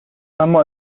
اما